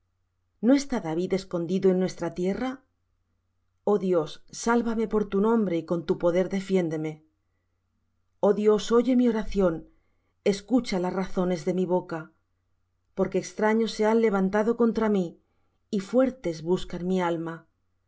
no está david escondido en nuestra tierrra oh dios sálvame por tu nombre y con tu poder defiéndeme oh dios oye mi oración escucha las razones de mi boca porque extraños se han levantado contra mí y fuertes buscan mi alma